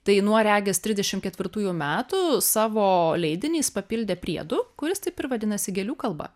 tai nuo regis trisdešimt ketvirtųjų metų savo leidiniais papildė priedų kuris taip ir vadinasi gėlių kalba